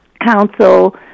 council